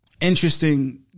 interesting